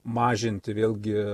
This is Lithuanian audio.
mažinti vėlgi